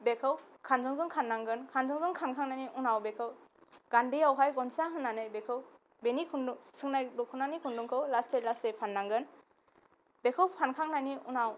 बेखौ खानजं जों खाननांगोन खानजंजों खानखांनायनि उनाव बेखौ गान्दैआवहाय गनसा होनानै बेखौ बेनि खुन्दुं सोंनाय दख'नानि खुन्दुंखौ लासै लासै फाननांगोन बेखौ फानखांनायनि उनाव